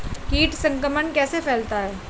कीट संक्रमण कैसे फैलता है?